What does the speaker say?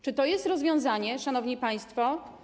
Czy to jest rozwiązanie, szanowni państwo?